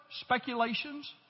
speculations